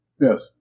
Yes